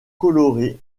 colorées